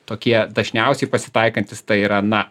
tokie dažniausiai pasitaikantys tai yra na